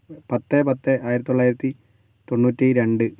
പത്ത് പത്ത് ആയിരത്തി തൊള്ളായിരത്തി തൊണ്ണൂറ്റി രണ്ട്